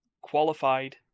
qualified